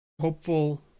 hopeful